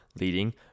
leading